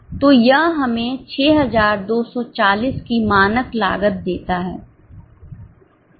तो यह हमें 6240 की मानक लागत देता है